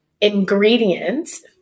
ingredients